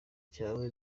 cyawe